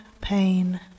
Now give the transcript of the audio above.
pain